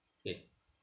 okay